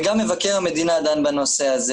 וגם מבקר המדינה דן בנושא הזה